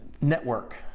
network